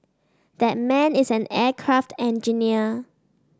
that man is an aircraft engineer